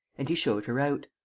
and he showed her out.